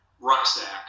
rucksack